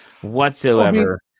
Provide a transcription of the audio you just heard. whatsoever